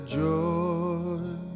joy